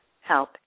help